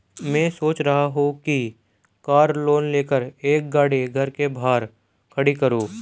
मैं सोच रहा हूँ कि कार लोन लेकर एक गाड़ी घर के बाहर खड़ी करूँ